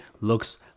looks